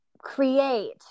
create